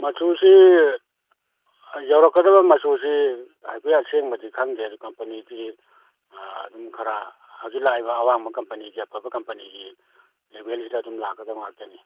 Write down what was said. ꯃꯆꯨꯁꯤ ꯌꯧꯔꯛꯀꯗꯕ ꯃꯆꯨꯁꯤ ꯍꯥꯏꯐꯦꯠ ꯑꯁꯦꯡꯕꯗꯤ ꯈꯪꯗ꯭ꯔꯦ ꯑꯗꯨ ꯀꯝꯄꯅꯤꯗꯤ ꯑꯗꯨꯝ ꯈꯔ ꯍꯧꯖꯤꯛ ꯂꯥꯛꯏꯕ ꯑꯋꯥꯡꯕ ꯀꯝꯄꯅꯤꯒꯤ ꯑꯐꯕ ꯀꯝꯄꯅꯤꯒꯤ ꯂꯦꯕꯦꯜ ꯁꯤꯗ ꯑꯗꯨꯝ ꯂꯥꯛꯀꯗꯕ ꯉꯥꯛꯇꯅꯤ